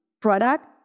product